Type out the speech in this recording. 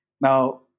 Now